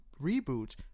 reboot